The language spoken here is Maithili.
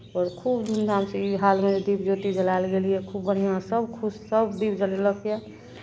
ओ खूब धूमधामसँ ई हालमे दीप ज्योति जलायल गेल यए खूब बढ़िआँसँ खुश सभ दीप जलेलक यए